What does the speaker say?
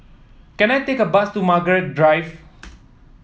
can I take a bus to Margaret Drive